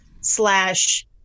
slash